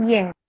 Yes